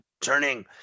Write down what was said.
turning